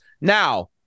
Now